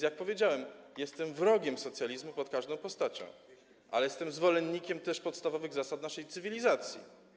Jak powiedziałem, jestem wrogiem socjalizmu pod każdą postacią, ale jestem też zwolennikiem podstawowych zasad naszej cywilizacji.